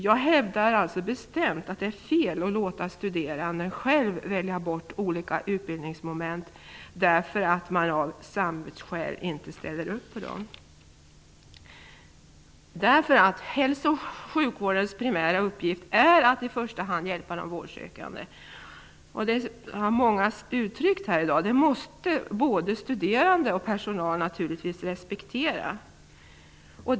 Jag hävdar alltså bestämt att det är fel att låta den studerande själv välja bort olika utbildningsmoment för att han av samvetsskäl inte ställer upp på dem. Hälsooch sjukvårdens uppgift är i första hand att hjälpa de vårdsökande. Som många har uttryckt här i dag måste både studerande och personal naturligtvis respektera detta.